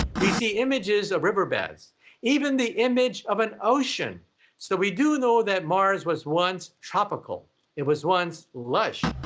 we see images of riverbeds even the image of an ocean so we do know that mars was once tropical it was once lush